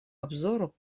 обзору